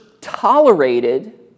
tolerated